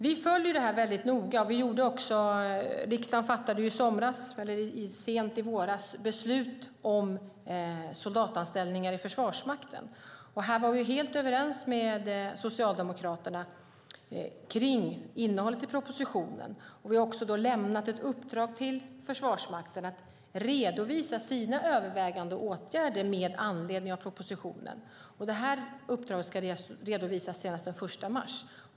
Vi följer detta noga, och riksdagen fattade sent i våras beslut om soldatanställningar i Försvarsmakten. Vi var helt överens med Socialdemokraterna om innehållet i propositionen, och vi har lämnat ett uppdrag till Försvarsmakten att redovisa sina övervägande åtgärder med anledning av propositionen. Uppdraget ska redovisas senast den 1 mars.